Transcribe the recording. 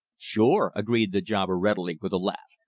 sure! agreed the jobber readily, with a laugh.